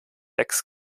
sechs